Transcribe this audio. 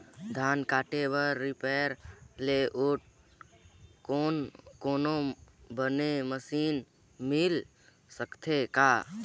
धान काटे बर रीपर ले अउ कोनो बने मशीन मिल सकथे का?